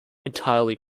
entirely